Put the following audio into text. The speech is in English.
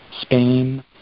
Spain